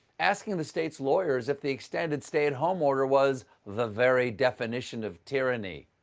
asking the state's lawyers if the extended stay-at-home order was the very definition of tyranny.